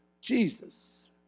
Jesus